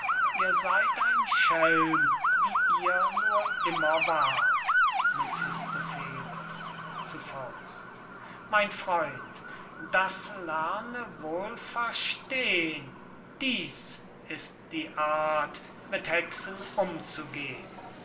ihr seyd ein schelm wie ihr nur immer war't mephistopheles zu faust mein freund das lerne wohl verstehn dieß ist die art mit hexen umzugehn